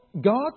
God